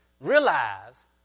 realize